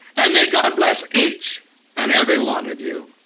and may god bless each and every one of you.